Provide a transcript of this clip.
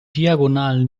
diagonalen